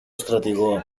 στρατηγό